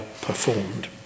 performed